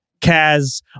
Kaz